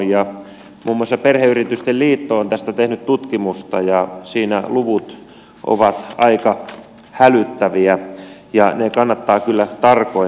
muun muassa perheyritysten liitto on tästä tehnyt tutkimusta ja siinä luvut ovat aika hälyttäviä ja ne kannattaa kyllä tarkoin katsoa